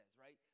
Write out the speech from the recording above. right